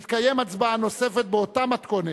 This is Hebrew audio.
תתקיים הצבעה נוספת באותה מתכונת,